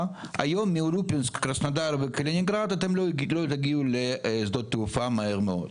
היום --- אתם לא תגיעו לשדות תעופה מהר מאוד,